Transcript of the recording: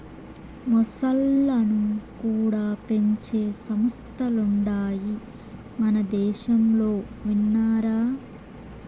మొసల్లను కూడా పెంచే సంస్థలుండాయి మనదేశంలో విన్నారా